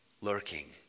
Lurking